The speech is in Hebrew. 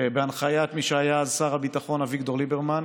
בהנחיית מי שהיה אז שר הביטחון, אביגדור ליברמן,